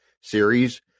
series